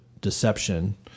deception